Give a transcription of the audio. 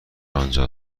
آنجا